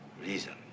Reason